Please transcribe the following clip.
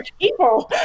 people